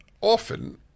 often